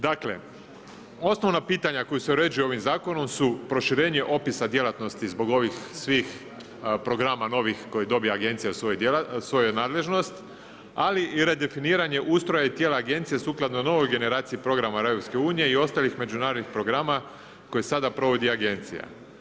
Dakle osnovna pitanja koja se uređuju ovim zakonom su proširenje opisa djelatnosti zbog ovih svih programa novih koje dobija agencija u svoju nadležnost, ali i redefiniranje ustroja i tijela agencije sukladno novoj generaciji programa EU i ostalih međunarodnih programa koje sada provodi agencija.